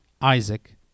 Isaac